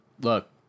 Look